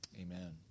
Amen